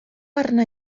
arna